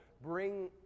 Bring